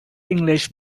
english